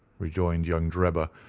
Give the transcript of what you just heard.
rejoined young drebber,